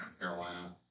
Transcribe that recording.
Carolina